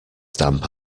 stamp